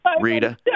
Rita